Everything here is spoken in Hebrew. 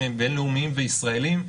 בין-לאומיים וישראליים,